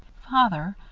father,